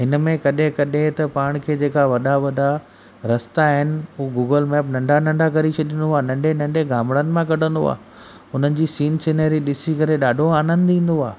हिनमें कॾहिं कॾहिं त पाण खे जेका वॾा वॾा रस्ता आहिनि हू गूगल मैप नंढा नंढा करे छॾींदो आहे नंढे नंढे गामणन मां कढंदो आहे हुननि जी सीन सिनेरी ॾिसी करे ॾाढो आनंद ईंदो आहे